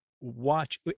watch